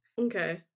okay